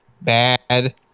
bad